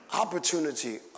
opportunity